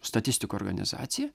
statistikų organizacija